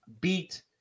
beat